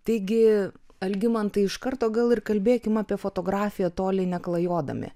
taigi algimantai iš karto gal ir kalbėkim apie fotografiją toli neklajodami